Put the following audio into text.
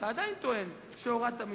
ואתה עדיין טוען, שהורדת מסים.